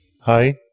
Hi